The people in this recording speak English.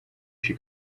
she